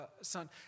son